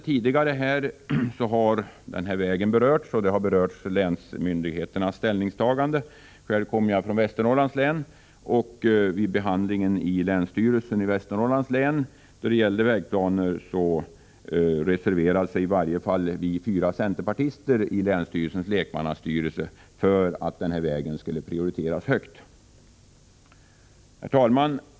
Tidigare under debatten har den här vägen berörts och man har uppmärksammat länsmyndigheternas ställningstagande. Själv kommer jag från Västernorrlands län, och vid behandlingen av vägplanerna i länsstyrelsen där reserverade i varje fall vi fyra centerpartister oss i länsstyrelsens lekmannastyrelse för att denna väg skulle prioriteras högt. Herr talman!